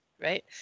right